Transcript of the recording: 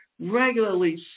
Regularly